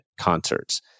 concerts